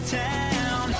town